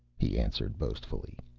he answered boastfully.